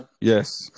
Yes